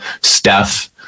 Steph